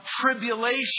tribulation